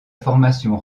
formation